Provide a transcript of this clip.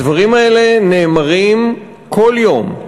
הדברים האלה נאמרים כל יום,